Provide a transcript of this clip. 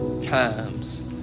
Times